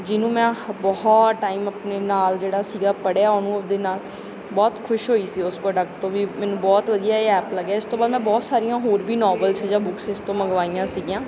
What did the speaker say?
ਜਿਹਨੂੰ ਮੈਂ ਬਹੁਤ ਟਾਈਮ ਆਪਣੇ ਨਾਲ ਜਿਹੜਾ ਸੀਗਾ ਪੜ੍ਹਿਆ ਉਹਨੂੰ ਉਹਦੇ ਨਾਲ ਬਹੁਤ ਖੁਸ਼ ਹੋਈ ਸੀ ਉਸ ਪ੍ਰੋਡਕਟ ਤੋਂ ਵੀ ਮੈਨੂੰ ਬਹੁਤ ਵਧੀਆ ਇਹ ਐਪ ਲੱਗਿਆ ਇਸ ਤੋਂ ਬਾਅਦ ਮੈਂ ਬਹੁਤ ਸਾਰੀਆਂ ਹੋਰ ਵੀ ਨੋਵਲਸ ਜਾਂ ਬੁੱਕਸ ਇਸ ਤੋਂ ਮੰਗਵਾਈਆਂ ਸੀਗੀਆਂ